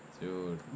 Dude